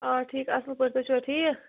آ ٹھیٖک اصٕل پٲٹھۍ تُہۍ چھِوٕ ٹھِیٖک